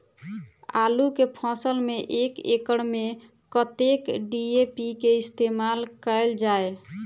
आलु केँ फसल मे एक एकड़ मे कतेक डी.ए.पी केँ इस्तेमाल कैल जाए?